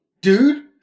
dude